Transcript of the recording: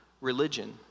religion